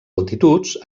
altituds